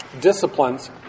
disciplines